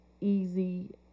easy